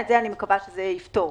את זה אני מקווה שזה יפתור.